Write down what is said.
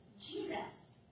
Jesus